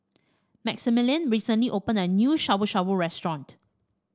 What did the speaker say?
Maximilian recently opened a new Shabu Shabu Restaurant